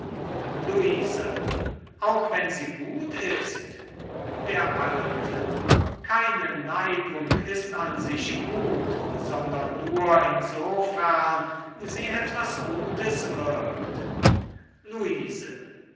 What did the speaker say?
luise auch wenn sie gut ist der alte keine neigung ist an sich gut sondern nur insofern sie etwas gutes wirkt luise